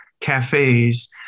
cafes